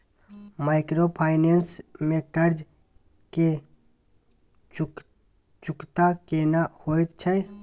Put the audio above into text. Microfinance में कर्ज के चुकता केना होयत छै?